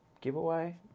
giveaway